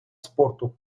спорту